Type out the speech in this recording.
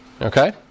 Okay